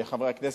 חברי הכנסת,